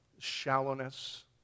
shallowness